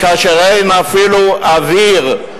כאשר אין אפילו אוויר,